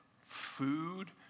food